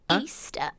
Easter